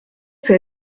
peut